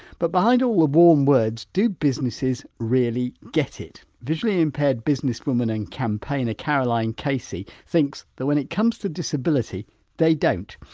but behind all the warm words do businesses really get it? visually impaired businesswoman and campaigner caroline casey thinks that when it comes to disability they don't.